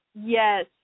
Yes